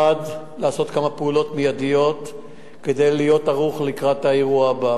1. לעשות כמה פעולות מיידיות כדי להיות ערוך לקראת האירוע הבא,